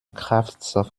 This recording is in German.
kraftstoff